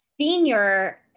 senior